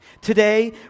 Today